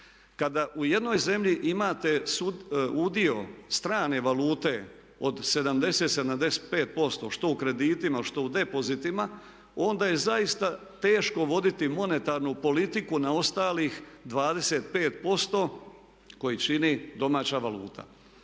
Kada u jednoj zemlji imate udio strane valute od 70, 75% što u kreditima, što u depozitima onda je zaista teško voditi monetarnu politiku na ostalih 25% koji čini domaća valuta.